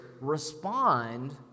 respond